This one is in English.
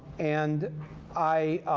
and i